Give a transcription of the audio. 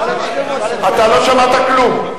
אתה לא שמעת כלום.